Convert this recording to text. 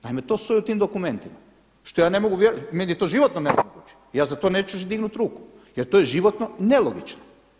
Naime to stoji u tim dokumentima što ja ne mogu vjerovati, meni je to životno nelogično, ja za to neću dignuti ruku, jer to je životno nelogično.